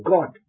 God